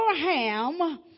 Abraham